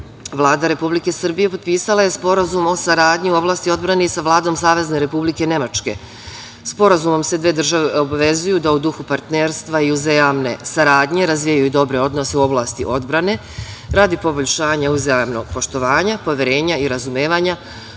Vlada Republike Srbije potpisala je Sporazum o saradnji u oblasti odbrane i sa Vladom Savezne Republike Nemačke. Sporazumom se dve države obavezuju da u duhu partnerstva i uzajamne saradnje razvijaju i dobre odnose u oblasti odbrane, radi poboljšanja uzajamnog poštovanja, poverenja i razumevanja,